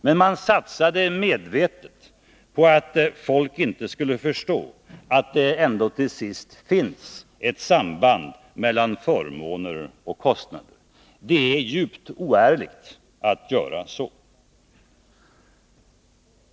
Men man satsade medvetet på att folk inte skulle förstå att det ändå tillsist finns ett samband mellan förmåner och kostnader. Det är djupt oärligt att göra så.